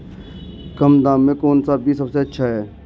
कम दाम में कौन सा बीज सबसे अच्छा है?